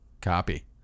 copy